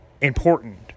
important